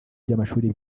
by’amashuri